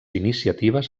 iniciatives